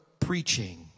preaching